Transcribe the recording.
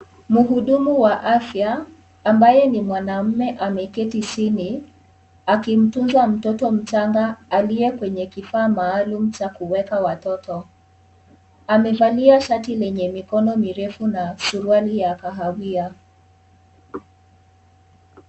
Mhudumu wa afya ambaye ni mwanaume ameketi chini akimtumza mtoto mchanga aliye kwenye kifaa maalum cha kuweka watoto. Amevalia shati lenye mikono mirefu na suruali ya kahawia.